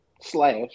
Slash